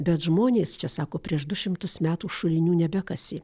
bet žmonės čia sako prieš du šimtus metų šulinių nebekasė